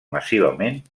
massivament